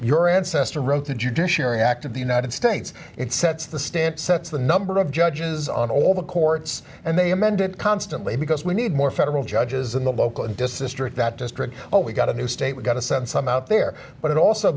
your ancestor wrote the judiciary act of the united states it sets the stamp sets the number of judges on all the courts and they amended constantly because we need more federal judges in the local district that district oh we got a new state we got to send some out there but it also